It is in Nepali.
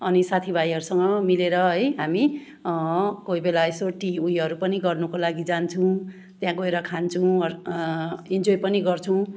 अनि साथी भाइहरूसँग मिलेर है हामी कोही बेला यसो टि उयोहरू पनि गर्नुको लागि जान्छौँ त्यहाँ गएर खान्छौँ इन्जोई पनि गर्छौँ